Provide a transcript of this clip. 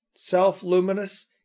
self-luminous